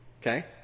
Okay